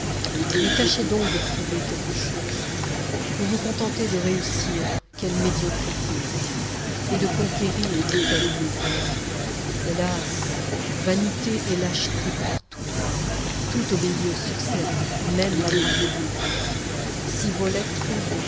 mais tâchez donc de prouver quelque chose vous vous contentez de réussir quelle médiocrité et de conquérir quelle misère hélas vanité et lâcheté partout tout obéit au succès même la grammaire si volet